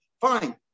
fine